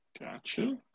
Gotcha